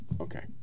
okay